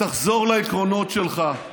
תחזור לעקרונות שלך,